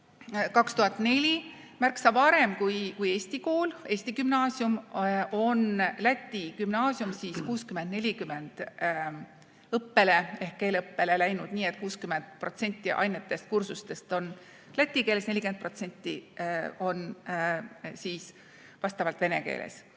2004, märksa varem kui eesti kool, eesti gümnaasium, on Läti gümnaasium 60 : 40 õppele ehk keeleõppele läinud, nii et 60% ainetest, kursustest on läti keeles ja 40% on vene keeles.